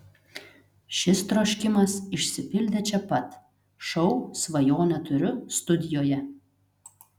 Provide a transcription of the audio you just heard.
šis troškimas išsipildė čia pat šou svajonę turiu studijoje